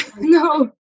No